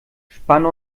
spanne